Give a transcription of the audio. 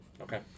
Okay